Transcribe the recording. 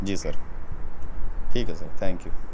جی sir ٹھیک ہے sir thank you